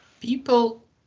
People